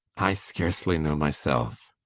i scarcely know myself.